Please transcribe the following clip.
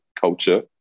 culture